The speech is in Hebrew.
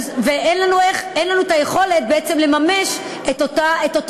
ואין לנו היכולת בעצם לממש את אותו